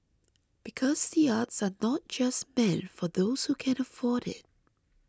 because the arts are not just meant for those who can afford it